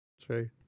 True